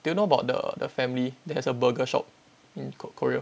do you know about the the family that has a burger shop in ko~korea